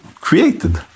created